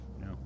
No